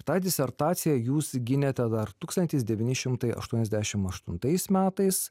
tą disertaciją jūs gynėte dar tūkstantis devyni šimtai aštuoniasdešim aštuntais metais